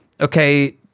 okay